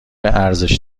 ارزش